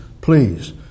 please